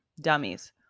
dummies